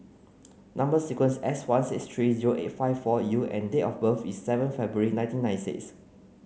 number sequence is S one six three zero eight five four U and date of birth is seven February nineteen ninety six